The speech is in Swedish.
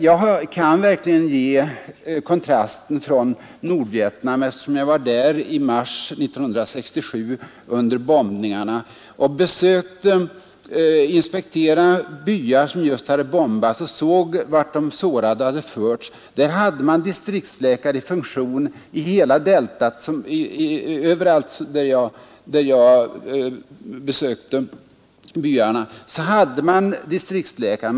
Jag kan därtill vittna om kontrasten i Nordvietnam, eftersom jag var där under bombningarna i mars 1967. Jag besökte byar som just hade bombats och såg vart de sårade hade förts. Överallt i de byar i Röda flodens delta som jag besökte hade man distriktsläkare.